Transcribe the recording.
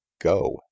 go